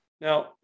now